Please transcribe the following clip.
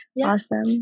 Awesome